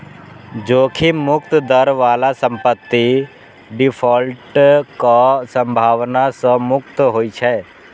जोखिम मुक्त दर बला संपत्ति डिफॉल्टक संभावना सं मुक्त होइ छै